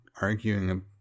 arguing